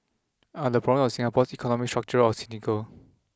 are the problems of Singapore's economy structural or cynical